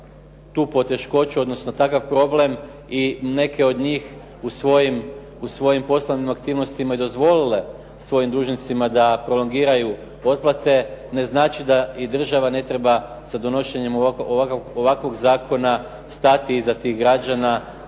tu poteškoću, odnosno takav problem i neke od njih u svojim poslovnim aktivnostima i dozvolile svojim dužnicima da prolongiraju otplate, ne znači da i država ne treba sa donošenjem ovakvog zakona stati iza tih građana